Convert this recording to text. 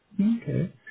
Okay